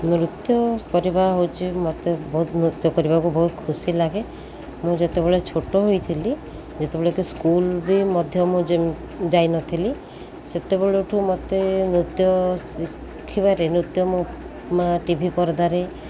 ନୃତ୍ୟ କରିବା ହେଉଛି ମୋତେ ବହୁତ ନୃତ୍ୟ କରିବାକୁ ବହୁତ ଖୁସି ଲାଗେ ମୁଁ ଯେତେବେଳେ ଛୋଟ ହୋଇଥିଲି ଯେତେବେଳେ କି ସ୍କୁଲ ବି ମଧ୍ୟ ମୁଁ ଯେ ଯାଇନଥିଲି ସେତେବେଳେ ଠୁ ମୋତେ ନୃତ୍ୟ ଶିଖିବାରେ ନୃତ୍ୟ ମୁଁ ମା ଟି ଭି ପରଦାରେ